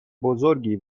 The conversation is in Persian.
بزرگی